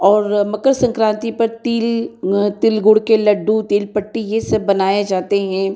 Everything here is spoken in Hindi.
और मकर संक्रांति पर तिल तिल गुड़ के लड्डू तिल पट्टी ये सब बनाए जाते हैं